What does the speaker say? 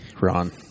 ron